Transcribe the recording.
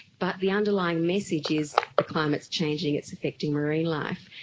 but the underlying message is the climate is changing, it's affecting marine life.